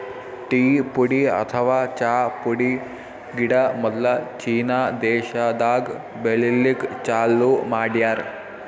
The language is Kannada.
ಟೀ ಪುಡಿ ಅಥವಾ ಚಾ ಪುಡಿ ಗಿಡ ಮೊದ್ಲ ಚೀನಾ ದೇಶಾದಾಗ್ ಬೆಳಿಲಿಕ್ಕ್ ಚಾಲೂ ಮಾಡ್ಯಾರ್